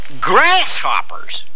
Grasshoppers